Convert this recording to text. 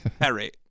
Harry